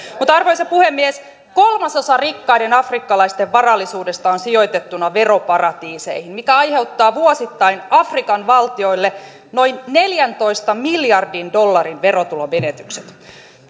arvoisa puhemies kolmasosa rikkaiden afrikkalaisten varallisuudesta on sijoitettuna veroparatiiseihin mikä aiheuttaa vuosittain afrikan valtioille noin neljäntoista miljardin dollarin verotulomenetykset